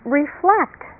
reflect